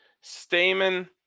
Stamen